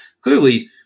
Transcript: Clearly